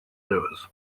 doers